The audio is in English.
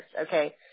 okay